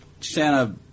Santa